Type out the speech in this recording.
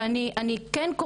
ולכן, אני קוראת,